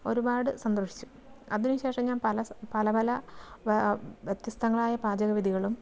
ഒരുപാട് സന്തോഷിച്ചു അതിനു ശേഷം ഞാൻ പല പല പല വ്യത്യസ്തങ്ങളായ പാചക വിധികളും